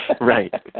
Right